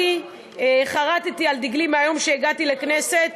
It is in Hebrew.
אני חרתי על דגלי מהיום שהגעתי לכנסת